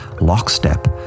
Lockstep